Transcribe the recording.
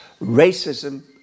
Racism